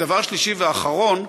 ודבר שלישי ואחרון,